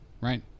right